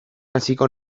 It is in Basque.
hasiko